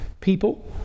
people